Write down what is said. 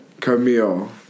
Camille